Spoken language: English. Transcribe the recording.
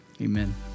amen